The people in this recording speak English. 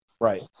Right